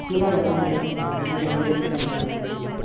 cure ஆக எத்தனை days ma'am எனக்கு இன்னும் டென் டேஸில் ஸ்டேட் லெவல் மேட்ச் இருக்குது